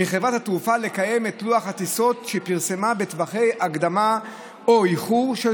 מחברת התעופה לקיים את לוח הטיסות שפרסמה בטווחי הקדמה או איחור של